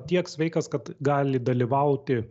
tiek sveikas kad gali dalyvauti